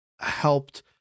helped